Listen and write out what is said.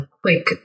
quick